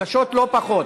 קשות לא פחות,